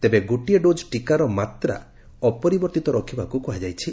ତେବେ ଗୋଟିଏ ଡୋଜ୍ ଟିକାର ମାତ୍ରା ଅପରିବର୍ତ୍ତିତ ରଖିବାକୁ କୁହାଯାଇଛି